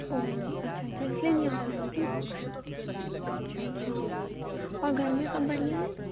ओ अच्छा अच्छा इसलिए नहीं आ पा रही थी अच्छा अच्छा और घर में सब बढ़ियाँ है